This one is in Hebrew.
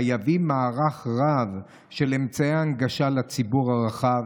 חייבים מערך רב של אמצעי הנגשה לציבור הרחב,